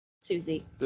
Susie